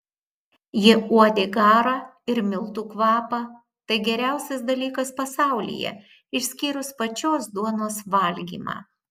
jie uodė garą ir miltų kvapą tai geriausias dalykas pasaulyje išskyrus pačios duonos valgymą